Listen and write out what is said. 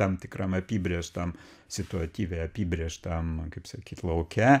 tam tikram apibrėžtam situatyviai apibrėžtam kaip sakyt lauke